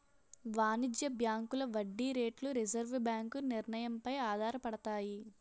వాణిజ్య బ్యాంకుల వడ్డీ రేట్లు రిజర్వు బ్యాంకు నిర్ణయం పై ఆధారపడతాయి